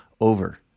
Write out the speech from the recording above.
over